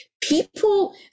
people